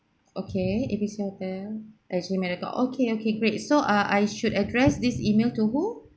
okay A B C hotel okay okay great so ah I should address this email to who